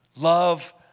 Love